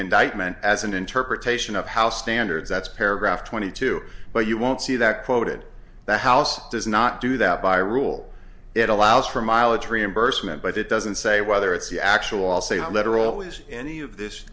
indictment as an interpretation of how standards that's paragraph twenty two but you won't see that quoted the house does not do that by rule it allows for mileage reimbursement but it doesn't say whether it's the actual sale literal is any of this